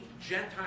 Gentile